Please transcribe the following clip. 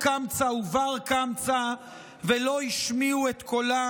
קמצא ובר קמצא ולא השמיעו את קולם,